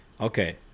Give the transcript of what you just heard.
Okay